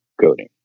coating